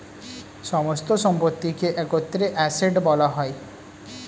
সমস্ত সম্পত্তিকে একত্রে অ্যাসেট্ বলা হয়